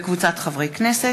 חמד עמאר,